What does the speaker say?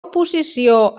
oposició